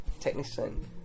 technician